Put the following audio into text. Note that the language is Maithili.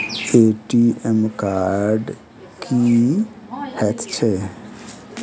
ए.टी.एम कार्ड की हएत छै?